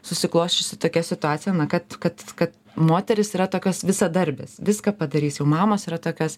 susiklosčiusi tokia situacija na kad kad kad moterys yra tokios visadarbės viską padarys jau mamos yra tokios